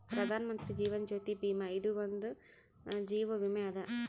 ಪ್ರಧಾನ್ ಮಂತ್ರಿ ಜೀವನ್ ಜ್ಯೋತಿ ಭೀಮಾ ಇದು ಒಂದ ಜೀವ ವಿಮೆ ಅದ